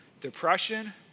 depression